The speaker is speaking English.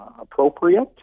appropriate